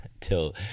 till